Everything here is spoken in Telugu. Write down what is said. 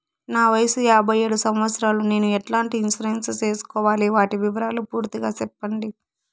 నా వయస్సు యాభై ఏడు సంవత్సరాలు నేను ఎట్లాంటి ఇన్సూరెన్సు సేసుకోవాలి? వాటి వివరాలు పూర్తి గా సెప్పండి?